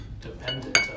dependent